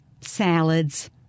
salads